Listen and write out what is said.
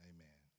Amen